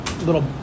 little